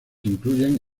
incluyen